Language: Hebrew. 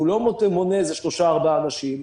והוא לא מונה איזשהו שלושה-ארבעה אנשים,